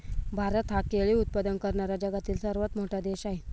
भारत हा केळी उत्पादन करणारा जगातील सर्वात मोठा देश आहे